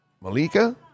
Malika